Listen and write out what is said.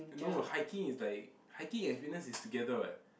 no hiking is like hiking and fitness is together [what]